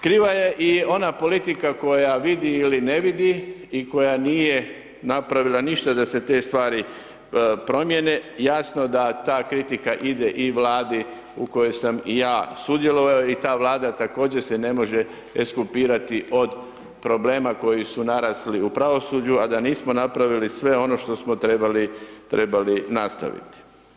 Kriva je i ona politika koja vidi ili ne vidi i koja nije napravila ništa da se te stvari promijene, jasno da ta kritika ide i Vladi u kojoj sam i ja sudjelovao i ta Vlada se također ne može ekskulpirati od problema koji su narasli u pravosuđu, a da nismo napravili sve ono što smo trebali nastaviti.